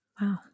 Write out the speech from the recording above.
Wow